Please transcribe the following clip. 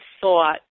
thought